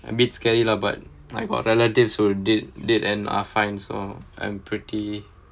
a bit scary lah but I got relatives who did did and are fine so I'm pretty